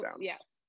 Yes